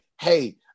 Hey